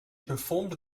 performed